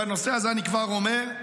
בנושא הזה אני כבר אומר,